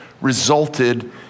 resulted